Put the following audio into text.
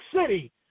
city